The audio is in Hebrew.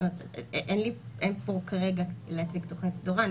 אין לי פה כרגע להציג תוכנית סדורה,